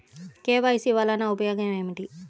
KYC వలన ఉపయోగం ఏమిటీ?